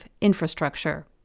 infrastructure